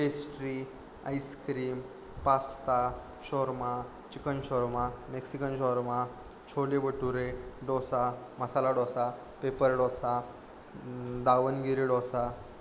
pastry ice cream pasta shawarma chicken shawarma Mexican shawarma chole bhature dosa masala dosa paper dosa Davangere dosa